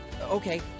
Okay